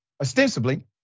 ostensibly